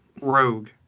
Rogue